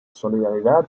solidaridad